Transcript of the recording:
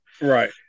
Right